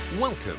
Welcome